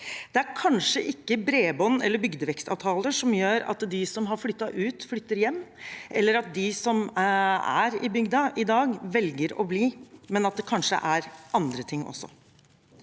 Det er kanskje ikke bredbånd eller bygdevekstavtaler som gjør at de som har flyttet ut, flytter hjem, eller at de som er i bygda i dag, velger å bli – det er kanskje andre ting også.